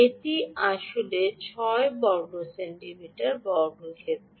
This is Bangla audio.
এটি আসলে 6 সেন্টিমিটার বর্গক্ষেত্র